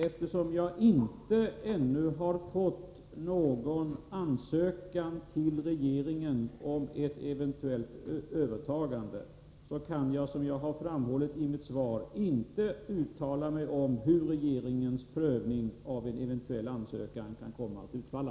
Eftersom regeringen ännu inte har fått någon ansökan om ett eventuellt övertagande kan jag — som jag har framhållit i mitt svar — inte uttala mig om hur regeringens prövning av en ansökan skulle komma att utfalla.